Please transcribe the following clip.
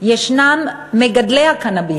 ישנם מגדלי הקנאביס.